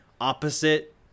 opposite